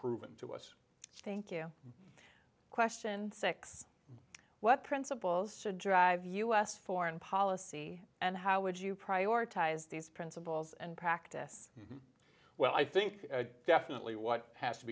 proven to us thank you question six what principles to drive us foreign policy and how would you prioritize these principles and practice well i think definitely what has to